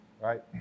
right